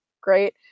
Great